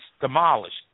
demolished